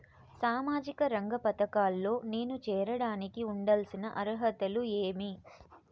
సామాజిక రంగ పథకాల్లో నేను చేరడానికి ఉండాల్సిన అర్హతలు ఏమి?